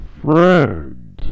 friend